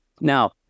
Now